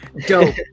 dope